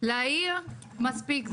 להעיר מספיק.